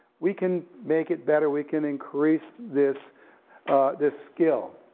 we can make it better, we can increase this this skill.